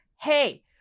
Hey